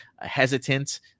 hesitant